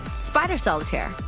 spider solitaire.